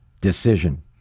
decision